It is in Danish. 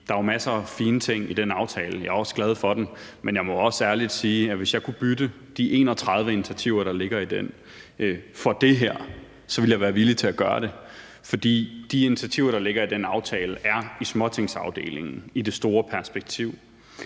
Der er jo masser af fine ting i den aftale, og jeg er også glad for den, men jeg må også ærligt sige, at hvis jeg kunne bytte de 31 initiativer, der ligger i den, for det her, så ville jeg være villig til at gøre det. For de initiativer, der ligger den aftale, er i det store perspektiv